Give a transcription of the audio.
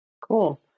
Cool